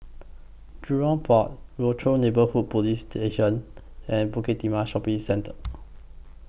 Jurong Port Rochor Neighborhood Police Station and Bukit Timah Shopping Centre